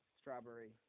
Strawberry